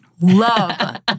Love